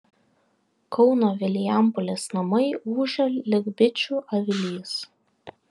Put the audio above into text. kauno vilijampolės namai ūžia lyg bičių avilys